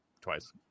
twice